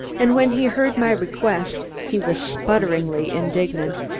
and when he heard my request he was splutteringly indignant.